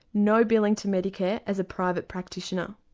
no billing to medicare as a private practitioner,